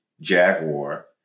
Jaguar